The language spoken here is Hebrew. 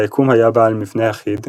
היקום היה בעל מבנה אחיד,